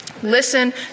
Listen